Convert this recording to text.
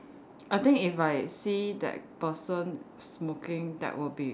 I think if I see that person smoking that would be